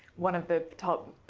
one of the top